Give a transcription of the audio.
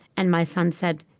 and my son said,